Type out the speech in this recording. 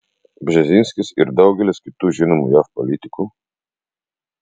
bžezinskis ir daugelis kitų žinomų jav politikų